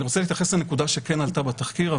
אני רוצה להתייחס לנקודה שכן עלתה בתחקיר,